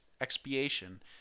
expiation